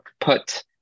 put